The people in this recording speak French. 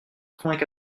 quatre